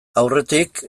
aurretik